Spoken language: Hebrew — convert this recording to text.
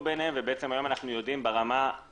ביניהם כך שהיום אנחנו ידעים להגיד